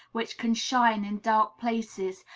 which can shine in dark places,